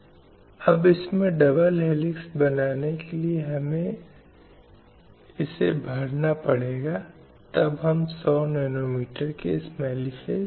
अलग अलग महिलाओं के अधिकारों के रूप में कुछ भी नहीं है अलग अलग पुरुषों के अधिकार वे सभी मानव अधिकारों का एक हिस्सा हैं